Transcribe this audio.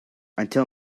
until